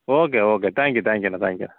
okay okay thank you thank யூண்ணா thank you